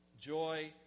Joy